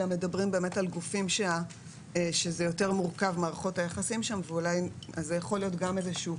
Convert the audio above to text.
אלא על גופים שמערכות היחסים שם יותר מורכבות וזה יכול להיות גם כיוון